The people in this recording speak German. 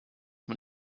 man